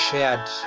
Shared